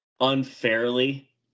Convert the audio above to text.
unfairly